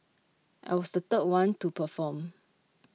I was third the one to perform